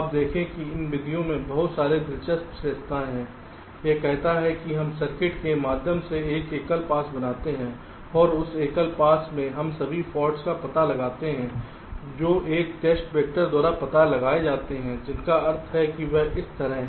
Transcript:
अब देखें कि इन विधियों में बहुत दिलचस्प विशेषताएं हैं यह कहता है कि हम सर्किट के माध्यम से एक एकल पास बनाते हैं और उस एकल पास में हम सभी फॉल्ट्स का पता लगाते हैं जो एक टेस्ट वेक्टर द्वारा पता लगाए जाते हैं जिसका अर्थ है कि यह कुछ इस तरह है